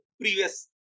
previous